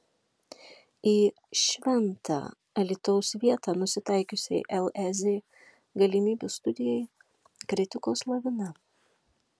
į šventą alytaus vietą nusitaikiusiai lez galimybių studijai kritikos lavina